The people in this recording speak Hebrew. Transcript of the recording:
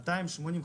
280 אלף